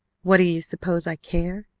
what do you suppose i care?